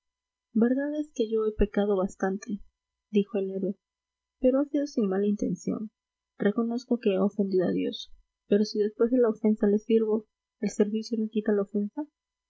es que yo he pecado bastante dijo el héroe pero ha sido sin mala intención reconozco que he ofendido a dios pero si después de la ofensa le sirvo el servicio no quita la ofensa